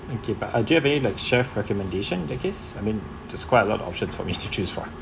okay but do you have any like chef recommendation that case I mean there's quite a lot options for me to choose from